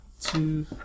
two